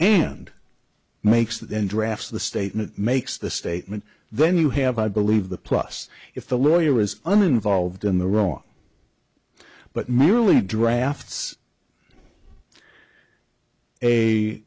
and makes then drafts the statement makes the statement then you have i believe the plus if the lawyer is an involved in the wrong but merely drafts a